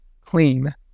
clean